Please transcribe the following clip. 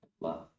love